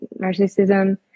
narcissism